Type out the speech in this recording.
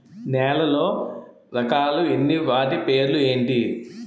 నేలలో రకాలు ఎన్ని వాటి పేర్లు ఏంటి?